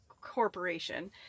corporation